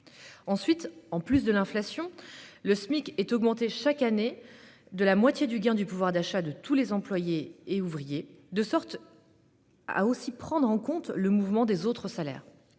Ensuite, en plus de l'inflation, le Smic est augmenté chaque année de la moitié du gain moyen de pouvoir d'achat des employés et ouvriers, de sorte à aussi prendre en compte le mouvement des autres salaires.